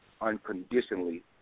unconditionally